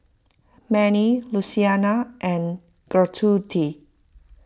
Mannie Luciana and Gertrude